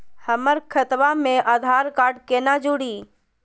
हमर खतवा मे आधार कार्ड केना जुड़ी?